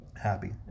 Happy